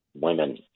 women